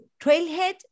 Trailhead